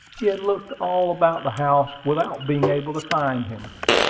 he had looked all about the house without being able to find him.